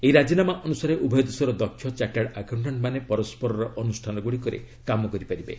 ଏହି ରାଜିନାମା ଅନୁସାରେ ଉଭୟ ଦେଶର ଦକ୍ଷ ଚାଟାର୍ଡ ଆକାଉଣ୍ଟାଣ୍ଟମାନେ ପରସ୍କରର ଅନୁଷ୍ଠାନ ଗୁଡ଼ିକରେ କାମ କରିପାରିବେ